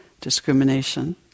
discrimination